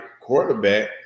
quarterback